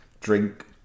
drink